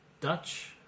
Dutch